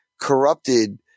corrupted